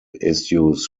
issues